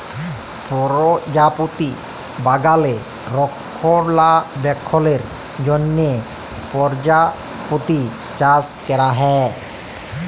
পরজাপতি বাগালে রক্ষলাবেক্ষলের জ্যনহ পরজাপতি চাষ ক্যরা হ্যয়